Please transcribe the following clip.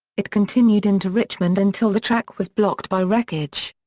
it continued into richmond until the track was blocked by wreckage.